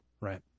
right